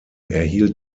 erhielt